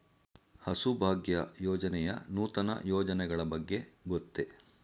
ಹಸುಭಾಗ್ಯ ಯೋಜನೆಯ ನೂತನ ಯೋಜನೆಗಳ ಬಗ್ಗೆ ಗೊತ್ತೇ?